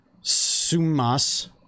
Sumas